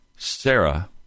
Sarah